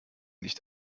nicht